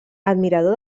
admirador